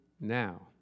now